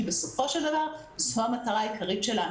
בסופו של דבר זו המטרה העיקרית שלנו,